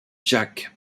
jack